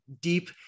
deep